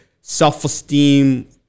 self-esteem